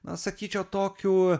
na sakyčiau tokių